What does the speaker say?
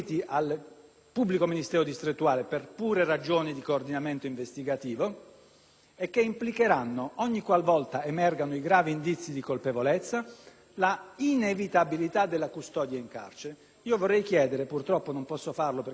e che implicheranno, ogni qual volta emergano i gravi indizi di colpevolezza, l'inevitabilità della custodia in carcere. Vorrei chiedere, e purtroppo non posso farlo perché non sono presenti in Aula, che cosa pensano di questa norma e della filosofia,